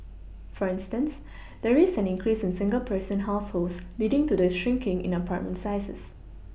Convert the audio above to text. for instance there is an increase in single person households leading to the shrinking in apartment sizes